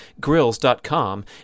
grills.com